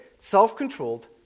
self-controlled